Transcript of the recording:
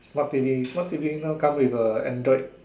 smart T_V smart T_V now come with a Android